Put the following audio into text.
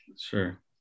Sure